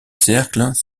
cercles